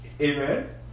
Amen